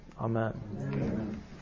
Amen